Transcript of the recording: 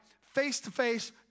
face-to-face